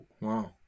Wow